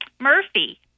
Murphy